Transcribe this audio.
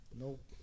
Nope